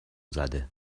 زده